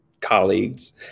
colleagues